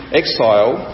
exile